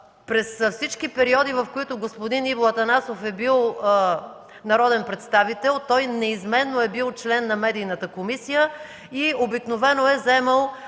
През всички периоди, през които господин Иво Атанасов е бил народен представител, неизменно е бил член на Медийната комисия и обикновено е заемал